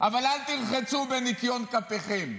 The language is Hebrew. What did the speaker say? אבל את תרחצו בניקיון כפיכם.